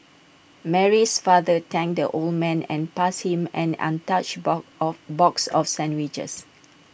Mary's father thanked the old man and passed him an untouchable of box of sandwiches